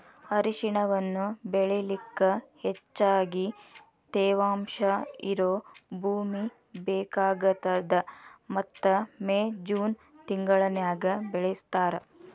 ಅರಿಶಿಣವನ್ನ ಬೆಳಿಲಿಕ ಹೆಚ್ಚಗಿ ತೇವಾಂಶ ಇರೋ ಭೂಮಿ ಬೇಕಾಗತದ ಮತ್ತ ಮೇ, ಜೂನ್ ತಿಂಗಳನ್ಯಾಗ ಬೆಳಿಸ್ತಾರ